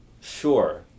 Sure